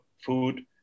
food